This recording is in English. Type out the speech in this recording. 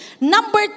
Number